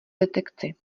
detekci